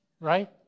right